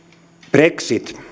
brexit